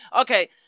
Okay